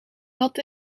had